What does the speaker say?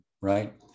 right